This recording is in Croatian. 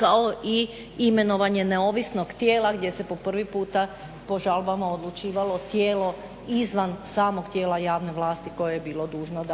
kao i imenovanje neovisnog tijela gdje se po prvi puta po žalbama odlučivalo tijelo izvan samog tijela javne vlasti koje je bilo dužno